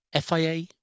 FIA